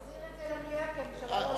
תחזיר את זה למליאה כי הממשלה לא עשתה כלום.